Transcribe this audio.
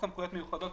מיוחדות,